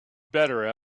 better